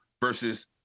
versus